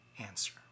answer